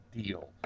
deal